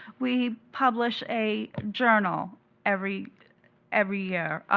we publish a journal every every year.